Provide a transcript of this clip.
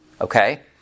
Okay